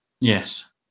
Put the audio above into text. yes